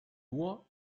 nur